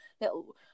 little